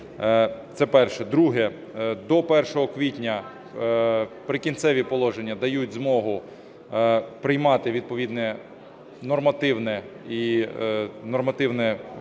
Це перше. Друге. До 1 квітня "Прикінцеві положення" дають змогу приймати відповідне нормативне і нормативні